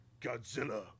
Godzilla